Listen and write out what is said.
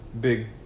Big